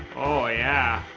oh yeah.